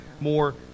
more